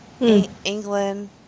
England